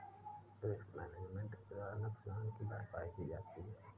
risk management के द्वारा नुकसान की भरपाई की जाती है